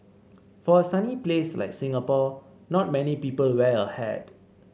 for a sunny place like Singapore not many people wear a hat